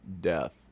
death